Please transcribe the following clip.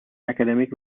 academic